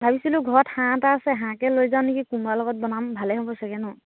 ভাবিছিলোঁ ঘৰত হাঁহ এটা আছে হাঁহকে লৈ যাওঁ নিকি কোমোৰা লগত বনাম ভালেই হ'ব চাগেনো